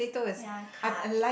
ya card